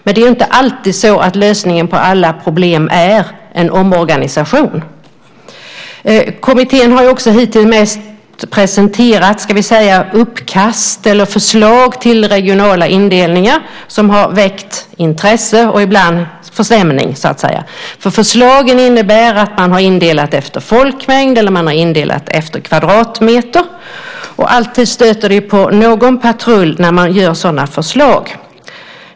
Men det är ju inte alltid så att lösningen på alla problem är en omorganisation. Kommittén har ju också hittills mest presenterat förslag till regionala indelningar, vilket har väckt intresse och ibland förstämning. Förslagen innebär att man har indelat efter folkmängd eller efter kvadratmeter. Det stöter alltid på viss patrull när man kommer med sådana förslag.